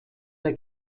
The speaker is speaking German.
der